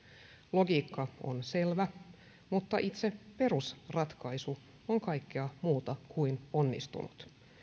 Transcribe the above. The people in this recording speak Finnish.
logiikka on selvä mutta itse perusratkaisu on kaikkea muuta kuin onnistunut